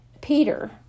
Peter